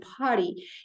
Party